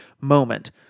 moment